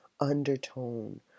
undertone